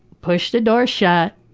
push the door shut,